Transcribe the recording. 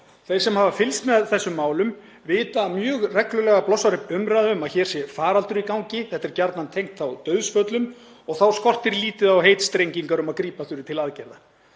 Þeir sem hafa fylgst með þessum málum vita að mjög reglulega blossar upp umræða um að hér sé faraldur í gangi, og er þá gjarnan tengt dauðsföllum, og þá skortir lítið á heitstrengingar um að grípa þurfi til aðgerða.